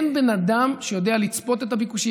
אין בן אדם שיודע לצפות את הביקושים.